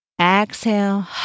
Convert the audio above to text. exhale